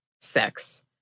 sex